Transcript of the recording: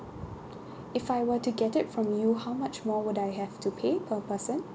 if I were to get it from you how much more would I have to pay per person